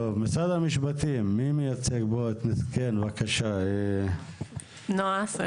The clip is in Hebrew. מי מייצג את משרד המשפטים?